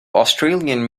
australian